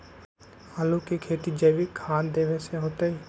आलु के खेती जैविक खाध देवे से होतई?